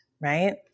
right